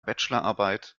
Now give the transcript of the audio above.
bachelorarbeit